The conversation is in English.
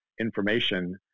information